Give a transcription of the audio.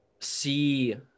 see